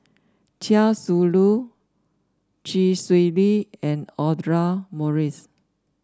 Chia Shi Lu Chee Swee Lee and Audra Morrice